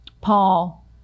Paul